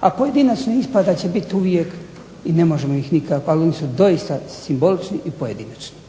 A pojedinačnih ispada će biti uvijek i ne može ih nikako, ali oni su doista simbolični i pojedinačni